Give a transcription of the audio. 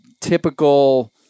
typical